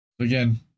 Again